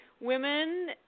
Women